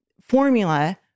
formula